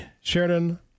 Sheridan